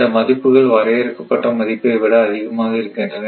இந்த மதிப்புகள் வரையறுக்கப்பட்ட மதிப்பைவிட அதிகமாக இருக்கின்றன